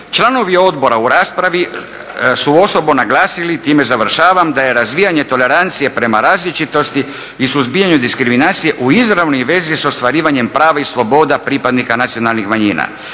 Članovi odbora u raspravi su osobno naglasili, time završavam, da je razvijanje tolerancije prema različitosti i suzbijanju diskriminacije u izravnoj vezi sa ostvarivanjem prava i sloboda pripadnika nacionalnih manjina.